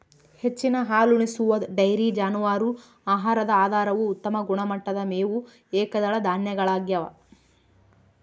ಹೆಚ್ಚಿನ ಹಾಲುಣಿಸುವ ಡೈರಿ ಜಾನುವಾರು ಆಹಾರದ ಆಧಾರವು ಉತ್ತಮ ಗುಣಮಟ್ಟದ ಮೇವು ಏಕದಳ ಧಾನ್ಯಗಳಗ್ಯವ